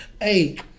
Hey